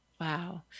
Wow